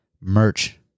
merch